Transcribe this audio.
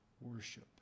worship